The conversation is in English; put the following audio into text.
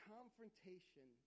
Confrontation